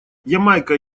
ямайка